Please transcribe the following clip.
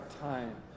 time